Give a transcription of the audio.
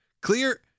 Clear